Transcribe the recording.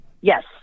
Yes